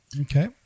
Okay